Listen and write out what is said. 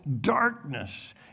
darkness